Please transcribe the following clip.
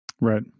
Right